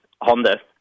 Honda